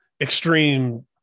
extreme